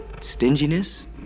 stinginess